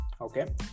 Okay